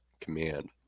command